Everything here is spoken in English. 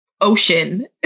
ocean